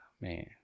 Man